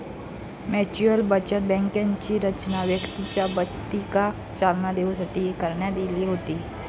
mutual बचत बँकांची रचना व्यक्तींच्या बचतीका चालना देऊसाठी करण्यात इली होती